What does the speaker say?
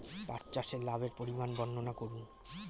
পাঠ চাষের লাভের পরিমান বর্ননা করুন?